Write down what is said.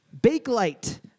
Bakelite